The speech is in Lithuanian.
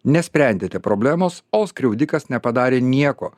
nesprendėte problemos o skriaudikas nepadarė nieko